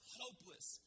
hopeless